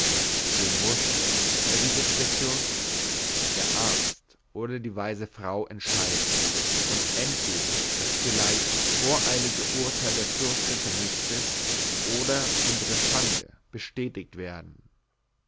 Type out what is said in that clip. so muß erwiderte der fürst der arzt oder die weise frau entscheiden und entweder das vielleicht voreilige urteil der fürstin vernichtet oder unsere schande bestätigst werden